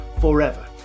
forever